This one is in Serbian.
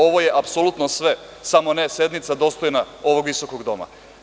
Ovo je apsolutno sve samo ne sednica dostojna ovog visokog doma.